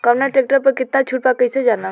कवना ट्रेक्टर पर कितना छूट बा कैसे जानब?